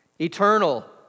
Eternal